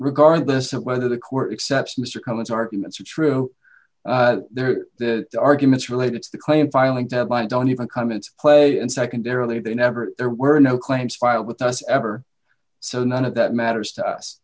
regardless of whether the court except mr cummins arguments are true their arguments related to the claim filing deadline don't even come into play and secondarily they never there were no claims filed with us ever so none of that matters to us